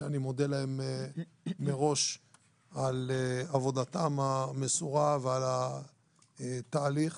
ואני מודה להם מראש על עבודתם המסורה ועל התהליך.